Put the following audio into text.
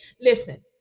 listen